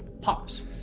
Pops